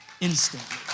instantly